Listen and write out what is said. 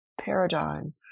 paradigm